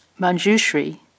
Manjushri